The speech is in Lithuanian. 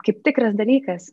kaip tikras dalykas